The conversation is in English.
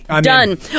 done